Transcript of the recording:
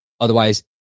Otherwise